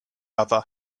other